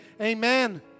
Amen